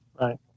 Right